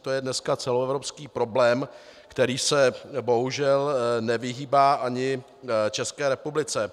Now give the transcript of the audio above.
To je dneska celoevropský problém, který se bohužel nevyhýbá ani České republice.